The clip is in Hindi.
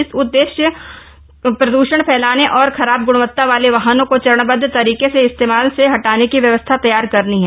इसका उददेश्य प्रद्वषण फैलाने और खराब ग़णवत्ता वाले वाहनों को चरणबदध तरीके से इस्तेमाल से हटाने की व्यवस्था तैयार करनी है